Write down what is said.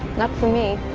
not for me.